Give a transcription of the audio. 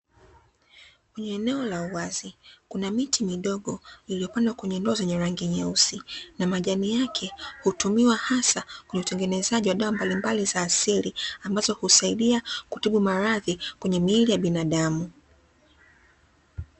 Eneo la wazi, kuna miti midogo iliyopandwa kwenye ndoo ya rangi nyeusi, na majani yake hutumiwa hasa kwa utengenezaji wa dawa za asili, ambazo husaidia kutibu maradhi kwenye miili ya binadamu.